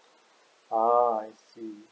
ah I see